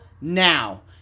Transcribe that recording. now